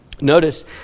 Notice